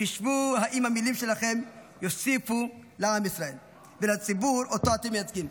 חשבו אם המילים שלכם יוסיפו לעם ישראל ולציבור שאתם מייצגים,